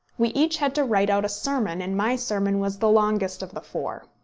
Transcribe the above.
we each had to write out a sermon, and my sermon was the longest of the four.